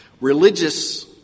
Religious